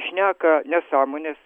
šneka nesąmones